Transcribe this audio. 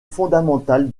fondamentale